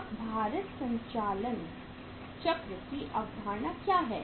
अब भारित संचालन चक्र की अवधारणा क्या है